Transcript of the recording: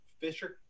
Fisher